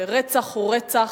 שרצח הוא רצח,